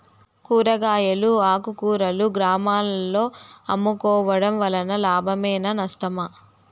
కూరగాయలు ఆకుకూరలు గ్రామాలలో అమ్ముకోవడం వలన లాభమేనా నష్టమా?